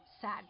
sad